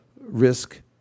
risk